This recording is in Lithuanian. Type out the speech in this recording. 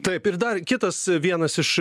taip ir dar kitas vienas iš